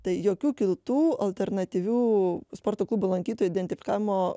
tai jokių kitų alternatyvių sporto klubo lankytojų identifikavimo